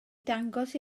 dangos